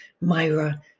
Myra